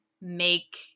make